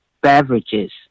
beverages